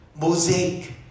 Mosaic